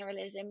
generalism